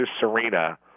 Serena